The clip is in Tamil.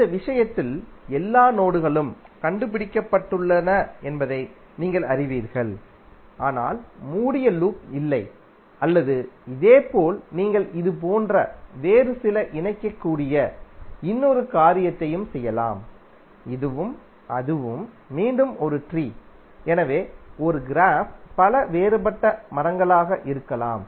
இந்த விஷயத்தில் எல்லா நோடுகளும் கண்டுபிடிக்கப்பட்டுள்ளன என்பதை நீங்கள் அறிவீர்கள் ஆனால் மூடிய லூப் இல்லை அல்லது இதேபோல் நீங்கள் இதைப் போன்ற வேறு சில இணைக்கக்கூடிய இன்னொரு காரியத்தையும் செய்யலாம் இதுவும் அதுவும் மீண்டும் ஒரு ட்ரீ எனவே ஒரு க்ராஃப் பல வேறுபட்ட மரங்களாக இருக்கலாம்